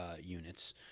units